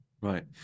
Right